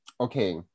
okay